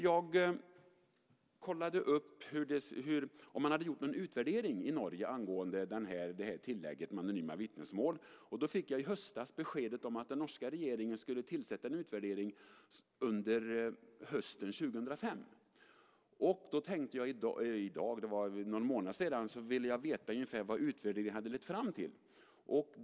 Jag kollade upp om man hade gjort någon utvärdering i Norge angående tillägget om anonyma vittnesmål. I höstas fick jag besked om att den norska regeringen skulle låta göra en utvärdering under hösten 2005. För någon månad sedan ville jag veta vad utvärderingen hade lett fram till.